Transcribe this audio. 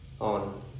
on